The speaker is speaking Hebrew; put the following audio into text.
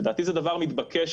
לדעתי זה דבר מתבקש,